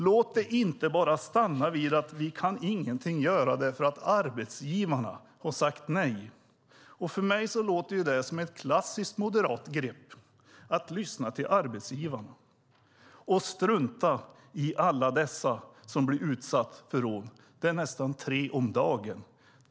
Låt det inte bara stanna vid: Vi kan ingenting göra därför att arbetsgivarna har sagt nej. För mig låter det som ett klassiskt moderat grepp att lyssna till arbetsgivarna och strunta i alla dessa som blir utsatta för rån. Det är nästan tre om dagen.